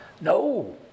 No